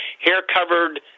hair-covered